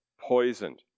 poisoned